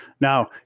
Now